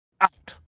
out